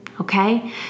okay